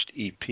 EP